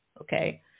Okay